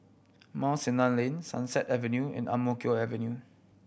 Mount Sinai Lane Sunset Avenue and Ang Mo Kio Avenue